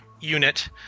unit